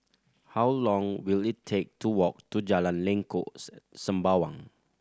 how long will it take to walk to Jalan Lengkok Sembawang